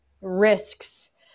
risks